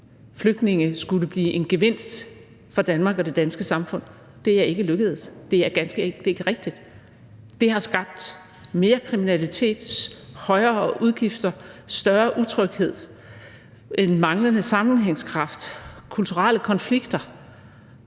flygtninge skulle blive en gevinst for Danmark og det danske samfund, ikke er lykkedes? Det er ganske enkelt ikke rigtigt. Det har skabt mere kriminalitet, højere udgifter, større utryghed, en manglende sammenhængskraft, kulturelle konflikter.